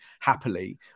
happily